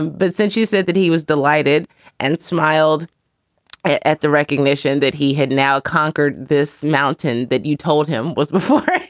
but since you said that he was delighted and smiled at the recognition that he had now conquered this mountain that you told him was before,